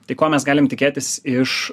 tai ko mes galim tikėtis iš